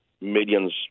Millions